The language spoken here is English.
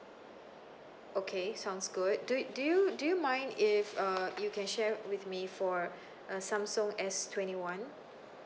okay sounds good do you do you do you mind if uh you can share with me for uh samsung S twenty one